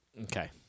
Okay